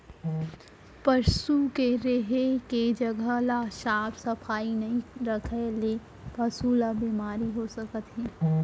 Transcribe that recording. पसू के रेहे के जघा ल साफ सफई नइ रखे ले पसु ल बेमारी हो सकत हे